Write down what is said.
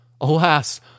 Alas